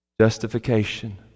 Justification